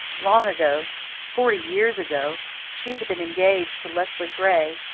long ago forty years ago she had been engaged to leslie gray,